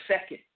second